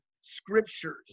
scriptures